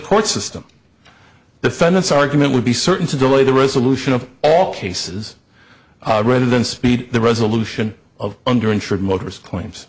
court system defendant's argument would be certain to delay the resolution of all cases rather than speed the resolution of under insured motor